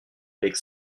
avec